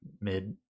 mid